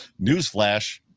Newsflash